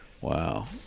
Wow